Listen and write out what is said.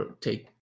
take